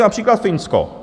Například Finsko.